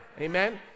amen